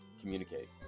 communicate